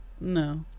no